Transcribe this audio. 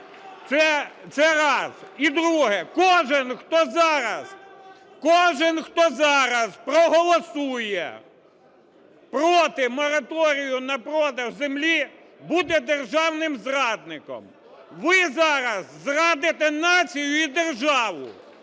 зараз… кожен, хто зараз проголосує проти мораторію на продаж землі, буде державним зрадником. Ви зараз зрадите націю і державу.